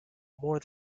more